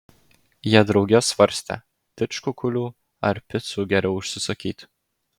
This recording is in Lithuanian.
jie drauge svarstė didžkukulių ar picų geriau užsisakyti